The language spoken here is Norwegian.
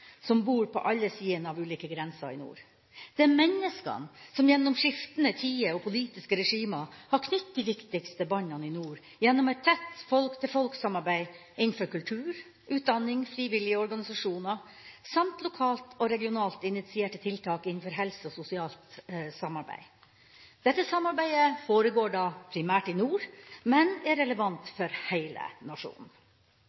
som bor på alle sidene av ulike grenser i nord. Det er menneskene som gjennom skiftende tider og politiske regimer har knyttet de viktigste båndene i nord gjennom et tett folk-til-folk-samarbeid innenfor kultur, utdanning, frivillige organisasjoner, samt lokalt og regionalt initierte tiltak innenfor helse og sosialt samarbeid. Dette samarbeidet foregår primært i nord, men er